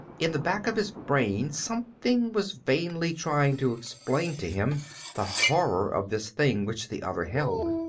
in the back of his brain something was vainly trying to explain to him the horror of this thing which the other held.